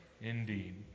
indeed